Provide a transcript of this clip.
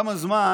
כמה זמן